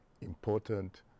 important